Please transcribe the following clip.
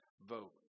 vote